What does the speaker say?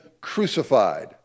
crucified